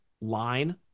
line